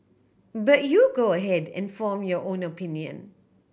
but you go ahead and form your own opinion